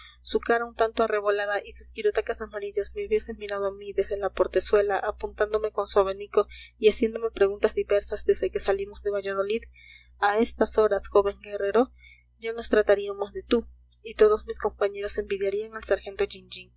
un tanto arrebolada y sus quirotecas amarillas me hubiese mirado a mí desde la portezuela apuntándome con su abanico y haciéndome preguntas diversas desde que salimos de valladolid a estas horas joven guerrero ya nos trataríamos de tú y todos mis compañeros envidiarían al sargento